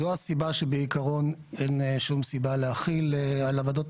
זו הסיבה שבעיקרון אין שום סיבה להחיל על הוועדות